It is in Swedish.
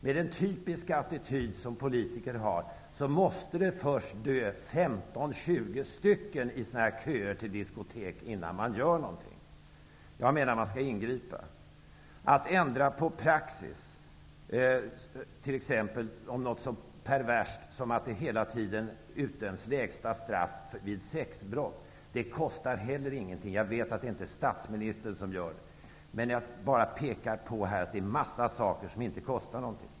Med den typiska attityd som politiker har måste det först dö 15--20 människor i köer till diskotek innan man gör någonting. Jag menar att man skall ingripa. Att ändra på praxis, t.ex. i fråga om något så perverst som att det hela tiden utdöms lägsta straff vid sexbrott, kostar heller ingenting. Jag vet att det inte är statsministern som gör det, men jag pekar bara på att det är en massa saker som inte kostar någonting.